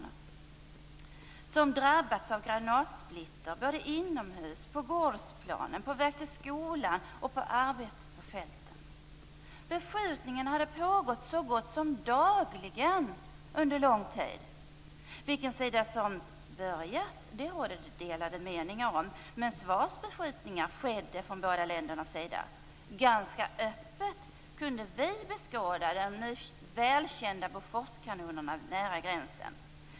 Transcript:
De hade drabbats av granatsplitter inomhus, på gårdsplanen, på väg till skolan och på arbetet på fälten. Beskjutning hade pågått så gott som dagligen under lång tid. Vilken sida som börjat rådde det delade meningar om, men svarsbeskjutningar skedde från båda ländernas sida. Ganska öppet kunde vi beskåda de nu välkända Boforskanonerna nära gränsen.